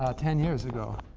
ah ten years ago,